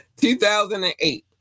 2008